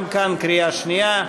גם כאן זו קריאה שנייה.